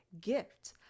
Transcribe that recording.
gift